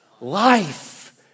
Life